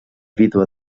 vídua